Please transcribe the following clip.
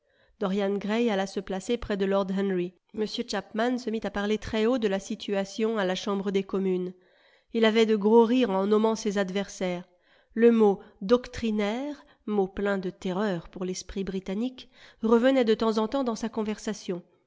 dorian gray alla se placer près de lord henry m chapman se mit à parler très haut de la situation à la chambre des communes il avait de gros rires en nommant ses adversaires le mot doctrinaire mot plein de terreurs pour l'esprit britannique revenait de temps en temps dans sa conversation